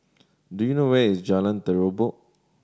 do you know where is Jalan Terubok